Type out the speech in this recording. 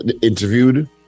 interviewed